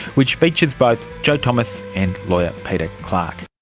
which features both jo thomas and lawyer peter clarke.